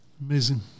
Amazing